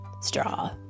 straw